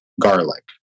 garlic